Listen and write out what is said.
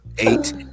Eight